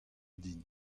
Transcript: din